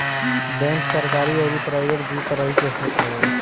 bank सरकरी अउरी private दू तरही के होत हवे